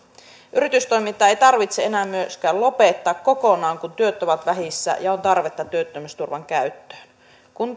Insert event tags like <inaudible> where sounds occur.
yritystoimintaa ei tarvitse enää myöskään lopettaa kokonaan kun työt ovat vähissä ja on tarvetta työttömyysturvan käyttöön kun <unintelligible>